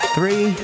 Three